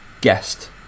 guest